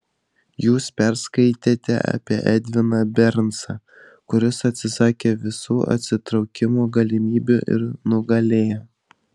jūs perskaitėte apie edviną bernsą kuris atsisakė visų atsitraukimo galimybių ir nugalėjo